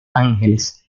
ángeles